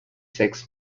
sex